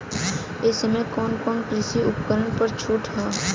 ए समय कवन कवन कृषि उपकरण पर छूट ह?